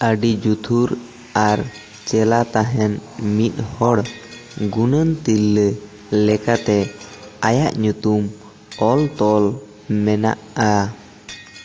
ᱟᱹᱰᱤ ᱡᱩᱛᱷᱩᱨ ᱟᱨ ᱪᱮᱞᱟ ᱛᱟᱦᱮᱱ ᱢᱤᱫᱦᱚᱲ ᱜᱩᱱᱟᱹᱱ ᱛᱤᱨᱞᱟᱹ ᱞᱮᱠᱟᱛᱮ ᱟᱭᱟᱜ ᱧᱩᱛᱩᱢ ᱚᱞ ᱛᱚᱞ ᱢᱮᱱᱟᱜᱼᱟ